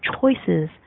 choices